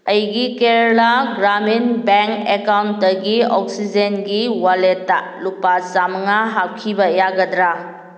ꯑꯩꯒꯤ ꯀꯦꯔꯂꯥ ꯒ꯭ꯔꯥꯃꯤꯟ ꯕꯦꯡ ꯑꯦꯀꯥꯎꯟꯗꯒꯤ ꯑꯣꯛꯁꯤꯖꯦꯟꯒꯤ ꯋꯥꯂꯦꯠꯇꯥ ꯂꯨꯄꯥ ꯆꯃꯉꯥ ꯍꯥꯞꯈꯤꯕ ꯌꯥꯒꯗ꯭ꯔꯥ